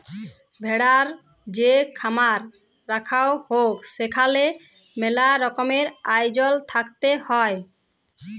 ভেড়ার যে খামার রাখাঙ হউক সেখালে মেলা রকমের আয়জল থাকত হ্যয়